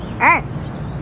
earth